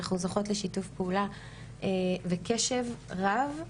אנחנו זוכות לשיתוף פעולה וקשב רב.